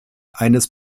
eines